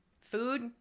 food